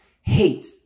hate